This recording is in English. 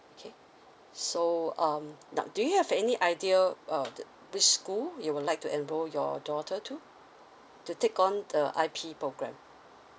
okay so um now do you have any idea uh the which school you would like to enrol your daughter to to take on the I_P programme